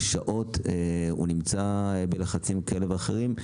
במשך שעות הוא נמצא בלחצים כאלה ואחרים,